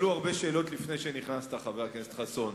נשאלו הרבה שאלות לפני שנכנסת, חבר הכנסת חסון.